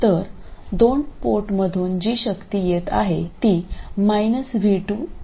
तर दोन पोर्टमधून जी शक्ती येत आहे ती v2 i2 आहे